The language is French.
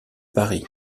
paris